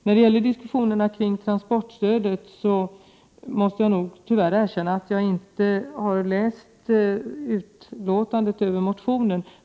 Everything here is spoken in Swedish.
När det gäller diskussionerna kring transportstödet måste jag tyvärr erkänna att jag inte har läst utlåtandet över motionen.